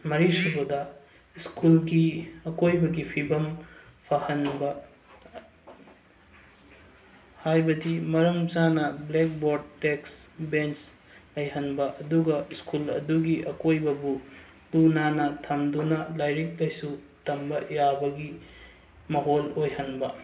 ꯃꯔꯤꯁꯨꯕꯗ ꯁ꯭ꯀꯨꯜꯒꯤ ꯑꯀꯣꯏꯕꯒꯤ ꯐꯤꯕꯝ ꯐꯍꯟꯕ ꯍꯥꯏꯕꯗꯤ ꯃꯔꯝ ꯆꯥꯅ ꯕ꯭ꯂꯦꯛꯕꯣꯔꯠ ꯗꯦꯛꯁ ꯕꯦꯟꯁ ꯂꯩꯍꯟꯕ ꯑꯗꯨꯒ ꯏꯁꯀꯨꯜ ꯑꯗꯨꯒꯤ ꯑꯀꯣꯏꯕꯕꯨ ꯂꯨ ꯅꯥꯟꯅ ꯊꯝꯗꯨꯅ ꯂꯥꯏꯔꯤꯛ ꯂꯥꯏꯁꯨ ꯇꯝꯕ ꯌꯥꯕꯒꯤ ꯃꯥꯍꯣꯜ ꯑꯣꯏꯍꯟꯕ